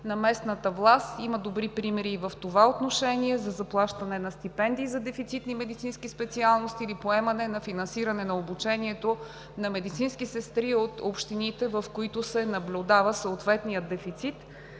на местната власт. Има добри примери и в това отношение за заплащане на стипендии за дефицитни медицински специалности или поемане на финансиране на обучението на медицински сестри от общините, в които се наблюдава съответният дефицит.